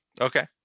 Okay